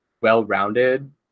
well-rounded